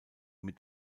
mit